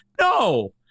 No